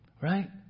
Right